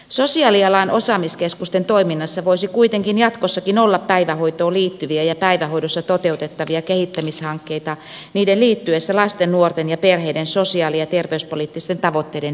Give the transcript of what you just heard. sosiaalialan osaamiskeskusten toiminnassa voisi kuitenkin jatkossakin olla päivähoitoon liittyviä ja päivähoidossa toteutettavia kehittämishankkeita niiden liittyessä lasten nuorten ja perheiden sosiaali ja terveyspoliittisten tavoitteiden edistämiseen